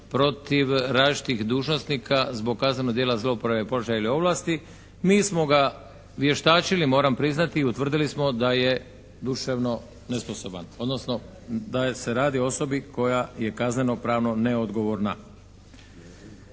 protiv različitih dužnosnika zbog kaznenog djela zlouporabe položaja ili ovlasti. Mi smo ga vještačili moram priznati i utvrdili smo da je duševno nesposoban, odnosno da se radi o osobi koja je kaznenopravno neodgovorna.